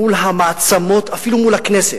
מול המעצמות, אפילו מול הכנסת.